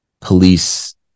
police